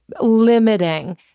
limiting